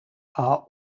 are